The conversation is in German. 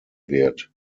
wird